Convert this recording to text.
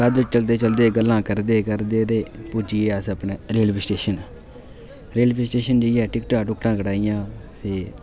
पैद्दल चलदे चलदे ते गल्लां करदे करदे पुज्जी गे अस अपने रेलवे स्टेशन रेलवे स्टेशन जाइयै टिकटां टुकटां कटाइयां ते